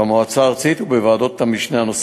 במועצה הארצית ובוועדות המשנה הנוספות.